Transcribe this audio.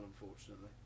unfortunately